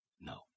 no